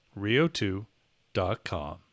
Rio2.com